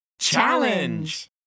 Challenge